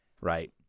Right